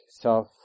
self